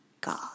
God